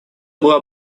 была